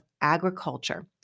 agriculture